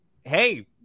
hey